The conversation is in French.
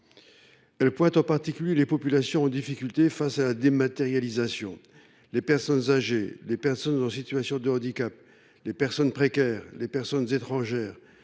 elle pointe en particulier les populations en difficulté face à la dématérialisation :« Les personnes âgées, les personnes en situation de handicap, les personnes précaires, les personnes étrangères,